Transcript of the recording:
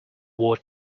word